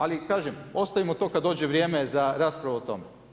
Ali kažem, ostavimo to kad dođe vrijeme za raspravu o tome.